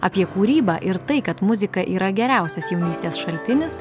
apie kūrybą ir tai kad muzika yra geriausias jaunystės šaltinis